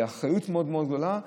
לאחריות גדולה מאוד,